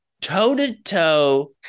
toe-to-toe